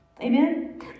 Amen